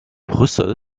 brüssel